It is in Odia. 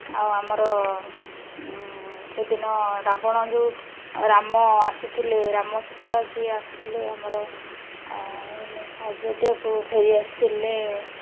ଆଉ ଆମର ସେଦିନ ରାବଣ ଯେଉଁ ରାମ ଆସିଥିଲେ ରାମ ସୀତା ସିଏ ଆସିଥିଲେ ଆମର ଆଯୋଧ୍ୟାକୁ ଫେରି ଆସିଥିଲେ